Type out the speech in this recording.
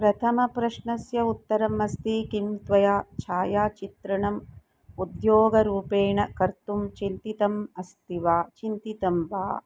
प्रथमप्रश्नस्य उत्तरम् अस्ति किं त्वया छायाचित्रणम् उद्योगरूपेण कर्तुं चिन्तितम् अस्ति वा चिन्तितं वा